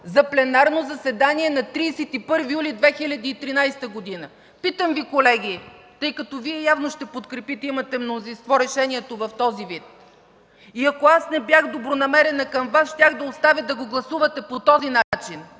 за пленарно заседание на 31 юли 2013 г. Питам Ви, колеги, тъй като Вие явно ще подкрепите, имате мнозинство, решението в този вид и ако аз не бях добронамерена към Вас, щях да оставя да го гласувате по този начин